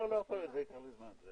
תחילה תחילתו